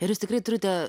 ir jūs tikrai turite